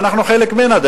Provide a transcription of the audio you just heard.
ואנחנו חלק ממנה,